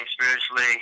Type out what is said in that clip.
spiritually